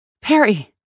Perry